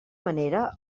manera